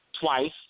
twice